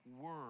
word